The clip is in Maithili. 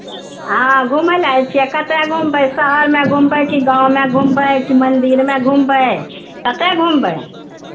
हँ घुमय लेल आयल छियै कतय घुमबै शहरमे घुमबै कि गाँवमे घुमबै कि मन्दिरमे घुमबै कतय घुमबै